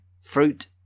fruit